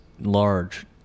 large